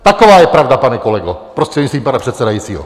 Taková je pravda, pane kolego, prostřednictvím pana předsedajícího.